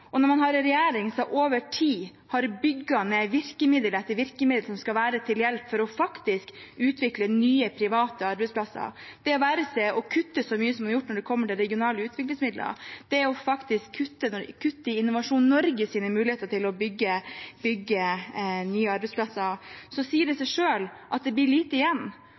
Når man har en regjering som over tid har bygd ned virkemiddel etter virkemiddel, som skulle være til hjelp for å utvikle nye private arbeidsplasser – det være seg det å kutte så mye som man har gjort i regionale utviklingsmidler, det å kutte Innovasjon Norges muligheter til å bygge nye arbeidsplasser – sier det seg selv at det blir lite igjen.